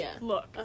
look